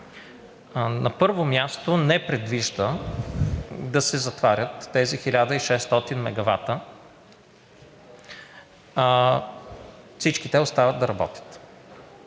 На първо място, не предвижда да се затварят тези 1600 мегавата – всички те остават да работят.